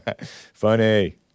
Funny